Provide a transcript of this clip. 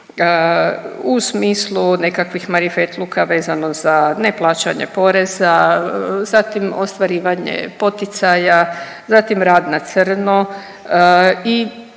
u smislu nekakvih marifetluka vezano za neplaćanje poreza, zatim ostvarivanje poticaja, zatim rad na crno i